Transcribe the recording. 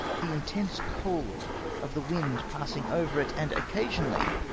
the intense cold of the wind passing over it, and occasionally,